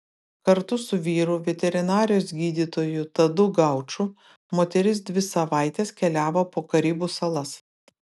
kartu su vyru veterinarijos gydytoju tadu gauču moteris dvi savaites keliavo po karibų salas